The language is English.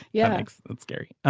yeah that's that's scary